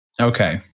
Okay